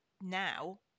now